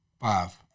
Five